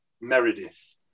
Meredith